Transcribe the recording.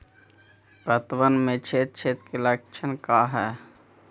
पतबन में छेद छेद के लक्षण का हइ?